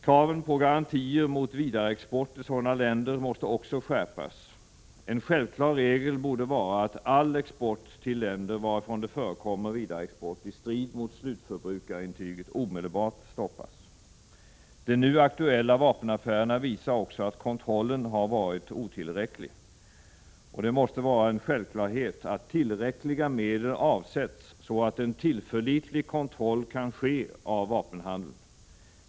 Kraven på garantier mot vidareexport till sådana länder måste också skärpas. En självklar regel borde vara att all export till länder varifrån det förekommer vidareexport i strid mot slutförbrukarintyget omedelbart stoppas. De nu aktuella vapenaffärerna visar också att kontrollen har varit otillräcklig. Det måste vara en självklarhet att tillräckliga medel avsätts så att en tillförlitlig kontroll kan ske av vapenhandeln.